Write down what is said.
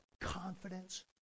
confidence